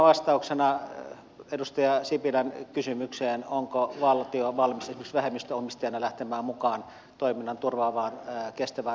suora vastaus edustaja sipilän kysymykseen onko valtio valmis esimerkiksi vähemmistöomistajana lähtemään mukaan toiminnan turvaavaan kestävään ratkaisuun on